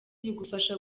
bigufasha